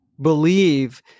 believe